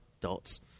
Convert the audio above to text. dots